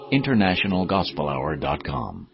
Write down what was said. InternationalGospelHour.com